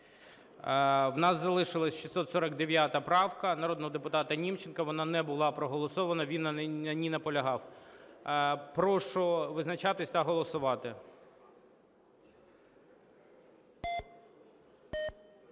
В нас залишилась 649 правка народного депутата Німченка, вона не була проголосована, він на ній наполягав. Прошу визначатись та голосувати. 10:07:24